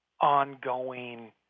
ongoing